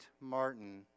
Martin